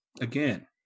Again